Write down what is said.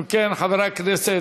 אם כן, חברי הכנסת,